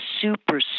super